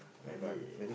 maybe